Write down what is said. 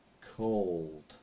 cold